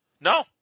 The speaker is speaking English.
No